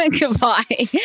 Goodbye